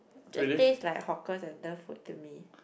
just taste like hawker centre food to me